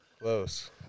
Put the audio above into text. Close